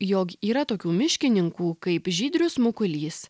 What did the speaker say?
jog yra tokių miškininkų kaip žydrius mukulys